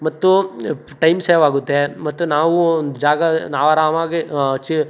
ಮತ್ತು ಟೈಮ್ ಸೇವಾಗುತ್ತೆ ಮತ್ತು ನಾವು ಜಾಗ ನಾವು ಆರಾಮಾಗಿ ಚಿ